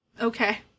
Okay